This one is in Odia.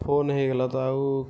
ଫୋନ୍ ହୋଇଗଲା ତ ଆଉ